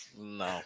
no